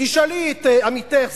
ותשאלי את עמיתך,